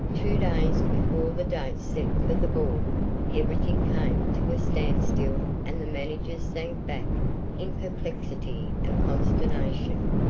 two days before the date set for the ball everything came to a standstill and the managers sank back in perplexity and consternation.